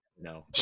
No